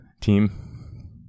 team